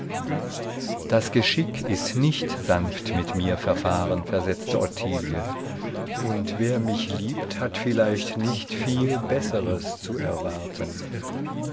das geschick ist nicht sanft mit mir verfahren versetzte ottilie und wer mich liebt hat vielleicht nicht viel besseres zu erwarten